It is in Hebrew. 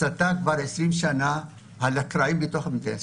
יש הסתה כבר 20 שנים שגורמת לקרעים בתוך המדינה.